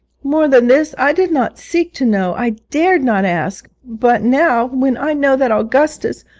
more than this i did not seek to know i dared not ask. but now, when i know that augustus,